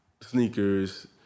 sneakers